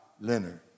Leonard